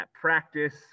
practice